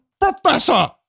Professor